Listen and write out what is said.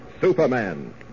Superman